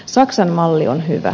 saksan malli on hyvä